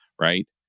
Right